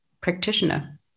practitioner